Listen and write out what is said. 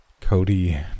Cody